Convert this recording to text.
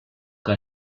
que